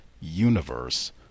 universe